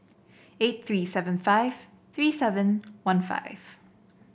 eight three seven five three seven one five